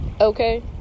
Okay